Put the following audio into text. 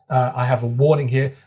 i have a warning here,